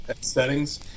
settings